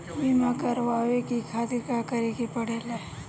बीमा करेवाए के खातिर का करे के पड़ेला?